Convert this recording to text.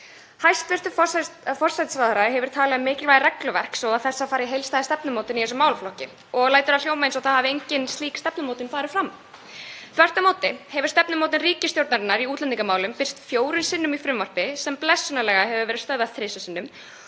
Hæstv. forsætisráðherra hefur talað um mikilvægi regluverks og þess að fara í heildstæða stefnumótun í þessum málaflokki og lætur það hljóma eins og það hafi engin slík stefnumótun farið fram. Þvert á móti hefur stefnumótun ríkisstjórnarinnar í útlendingamálum birst fjórum sinnum í frumvarpi sem blessunarlega hefur verið stöðvað þrisvar sinnum